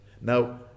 now